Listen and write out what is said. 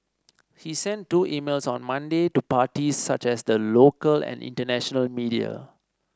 he sent two emails on Monday to parties such as the local and international media